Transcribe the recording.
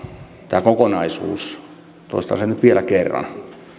tämä kokonaisuus toistan sen nyt vielä kerran